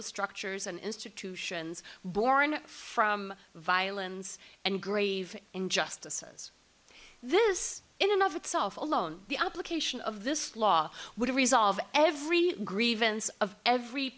the structures and institutions born from violence and grave injustices this enough itself alone the application of this law would resolve every grievance of every